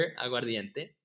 aguardiente